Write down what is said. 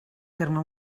terme